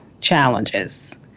challenges